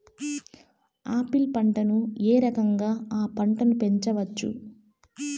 Apple పంటను ఏ రకంగా అ పంట ను పెంచవచ్చు?